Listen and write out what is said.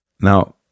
Now